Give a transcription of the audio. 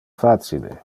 facile